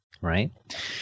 right